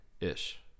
Ish